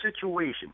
situation